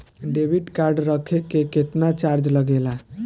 Debit card रखे के केतना चार्ज लगेला?